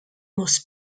must